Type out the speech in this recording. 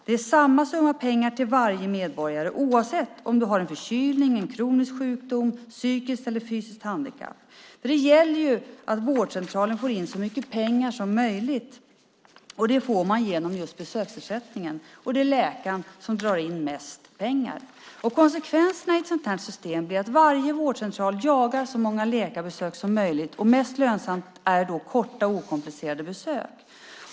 Det är samma summa pengar till varje medborgare, oavsett om du har en förkylning, en kronisk sjukdom, ett psykiskt eller fysiskt handikapp. Det gäller att vårdcentralen får in så mycket pengar som möjligt, och det får man genom besöksersättningen. Det är läkaren som drar in mest pengar. Konsekvenserna i ett sådant system blir att varje vårdcentral jagar så många läkarbesök som möjligt. Mest lönsamt är då korta och okomplicerade besök.